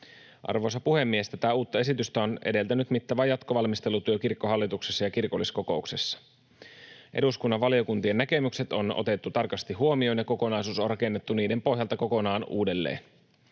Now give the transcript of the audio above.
Arvoisa puhemies! Tätä uutta esitystä on edeltänyt mittava jatkovalmistelutyö Kirkkohallituksessa ja kirkolliskokouksessa. Eduskunnan valiokuntien näkemykset on otettu tarkasti huomioon ja kokonaisuus on rakennettu niiden pohjalta kokonaan uudelleen.